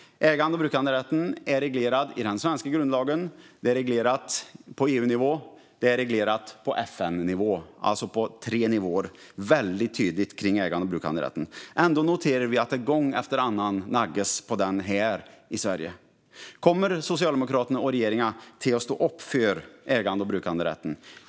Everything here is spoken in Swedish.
Ägande och brukanderätten är tydligt reglerad i den svenska grundlagen, på EU-nivå och på FN-nivå - alltså på tre nivåer. Ändå noterar vi att rätten gång efter annan naggas i kanten här i Sverige. Kommer Socialdemokraterna och regeringen att stå upp för ägande och brukanderätten?